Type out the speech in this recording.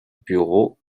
bureaux